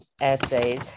essays